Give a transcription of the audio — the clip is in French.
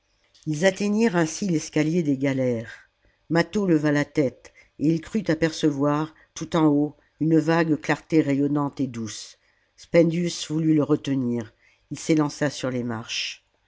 ils atteignirent ainsi l'escalier des galères mâtho leva la tête et il crut apercevoir tout en haut une vague clarté rayonnante et douce spendius voulut te retenir il s'élança sur les marches